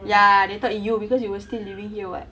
ya they thought you because you were still living here [what]